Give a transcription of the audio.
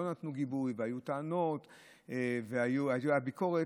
נתנו גיבוי והיו טענות והייתה ביקורת.